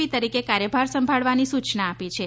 પી તરીકે કાર્યભાર સંભાળવાની સૂચના આપી છે